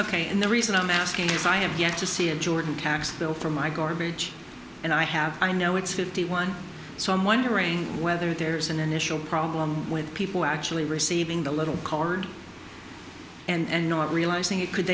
have and the reason i'm asking is i have yet to see a jordan tax bill for my garbage and i have i know it's fifty one so i'm wondering whether there's an initial problem with people actually receiving the little card and not realizing it could